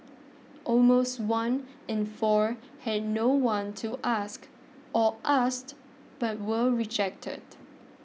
almost one in four had no one to ask or asked but were rejected